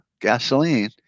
gasoline